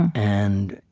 and